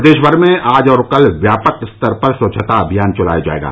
प्रदेश भर में आज और कल व्यापक स्तर पर स्वच्छता अभियान चलाया जाएगा